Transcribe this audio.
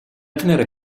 tener